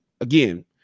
again